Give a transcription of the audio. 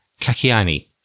Kakiani